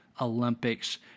Olympics